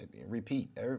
repeat